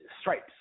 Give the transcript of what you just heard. stripes